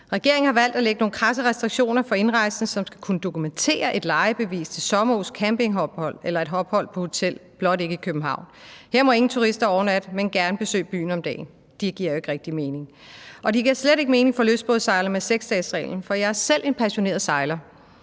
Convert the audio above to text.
Regeringen har valgt at lægge nogle krasse restriktioner for indrejsende, som skal kunne dokumentere et lejebevis til sommerhus, campingophold eller et ophold på hotel, blot ikke i København. Her må ingen turister overnatte, men gerne besøge byen om dagen. Det giver jo ikke rigtig mening. Det giver heller slet ikke mening for lystbådesejlere med 6-dagesreglen. Jeg er selv en passioneret sejler